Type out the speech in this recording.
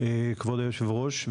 כבוד היושב-ראש,